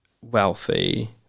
wealthy